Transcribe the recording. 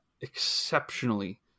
exceptionally